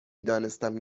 دانستم